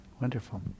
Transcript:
Wonderful